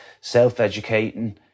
self-educating